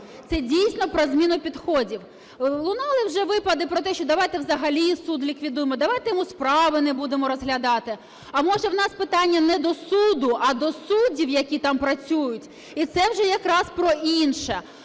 це дійсно про зміну підходів. Лунали вже випади про те, що давайте взагалі суд ліквідуємо, давайте ми справи не будемо розглядати. А, може, в нас питання не до суду, а до суддів, які там працюють? І це вже якраз про інше.